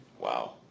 Wow